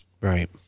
Right